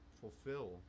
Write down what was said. fulfill